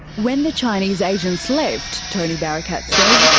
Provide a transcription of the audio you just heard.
when the chinese agents left, tony barakat says,